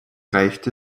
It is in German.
reicht